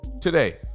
today